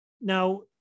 Now